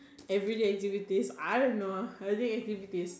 everyday activities I don't know I think activities